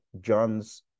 John's